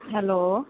hello